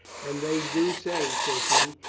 and they do say, says he,